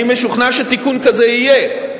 אני משוכנע שתיקון כזה יהיה,